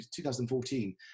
2014